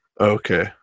Okay